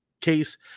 case